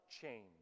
change